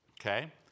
Okay